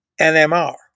NMR